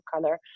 color